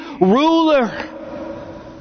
ruler